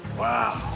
wow,